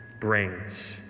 brings